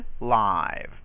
live